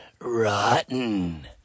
Rotten